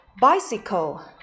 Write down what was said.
Bicycle